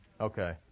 Okay